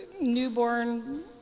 newborn